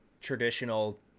traditional